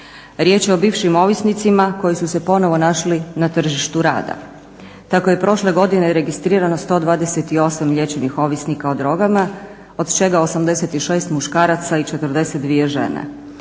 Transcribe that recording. Riječ je o bivšim ovisnicima koji su se ponovno našli na tržištu rada. Tako je prošle godine registrirano 128 liječenih ovisnika o drogama od čega 86 muškaraca i 42 žene.